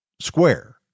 square